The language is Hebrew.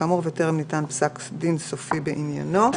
כאמור וטרם ניתן פסק דין סופי בעניינו.